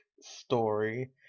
story